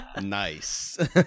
nice